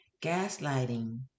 Gaslighting